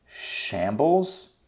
shambles